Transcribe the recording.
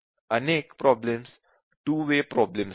अनेक problems २ way problems आहेत